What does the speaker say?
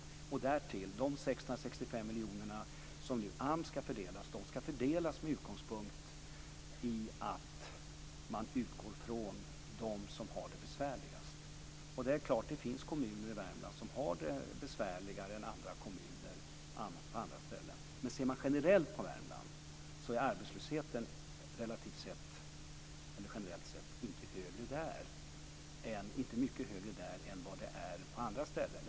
Därtill kommer att de 665 miljoner som AMS ska fördela ska fördelas med utgångspunkt i dem som har det besvärligast. Och det är klart: Det finns kommuner i Värmland som har det besvärligare än andra kommuner på andra ställen. Men ser man generellt på Värmland är arbetslösheten inte mycket högre där än på andra ställen.